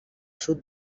sud